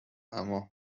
اما